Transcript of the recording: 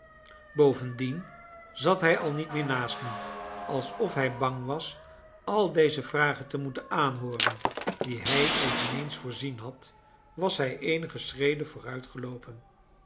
bovendien zat hij al niet meer naast me alsof hij bang was al deze vragen te moeten aanhooren die hij eveneens voorzien had was hij eenige schreden